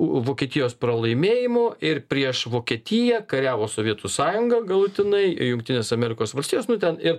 vokietijos pralaimėjimu ir prieš vokietiją kariavo sovietų sąjunga galutinai jungtinės amerikos valstijos nu ten ir